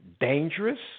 dangerous